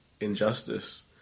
injustice